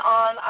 on